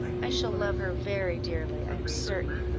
i shall love her very dearly, i am certain,